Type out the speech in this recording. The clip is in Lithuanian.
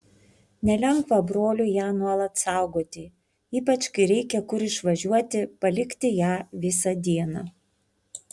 nelengva broliui ją nuolat saugoti ypač kai reikia kur išvažiuoti palikti ją visą dieną